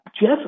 Jeff